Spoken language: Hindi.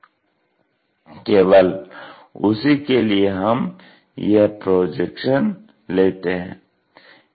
केवल उसी के लिए हम यह प्रोजेक्शन लेते हैं